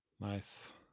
Nice